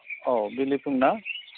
औ बिलिफुं ना